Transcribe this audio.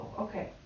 Okay